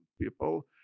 people